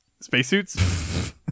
spacesuits